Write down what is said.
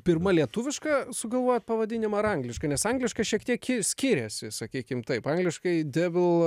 pirma lietuvišką sugalvojot pavadinimą ar anglišką nes angliškas šiek tiek ki skiriasi sakykim taip angliškai devil